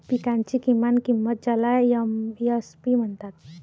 पिकांची किमान किंमत ज्याला एम.एस.पी म्हणतात